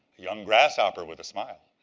young grasshopper with a smile.